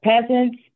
peasants